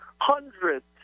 hundreds